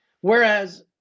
Whereas